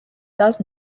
does